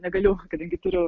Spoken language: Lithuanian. negaliu kadangi turiu